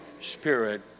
Spirit